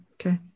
Okay